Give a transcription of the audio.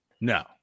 No